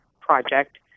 Project